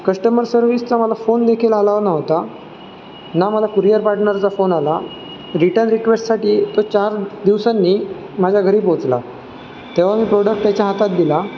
customer सर्विसचा मला phone देखील आला नव्हता ना मला कुरियर पार्टनरचा फोन आला रिटर्न रिक्वेस्टसाठी तो चार दिवसांनी माझ्या घरी पोचला तेव्हा मी प्रोडक्ट त्याच्या हातात दिला